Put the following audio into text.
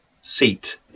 seat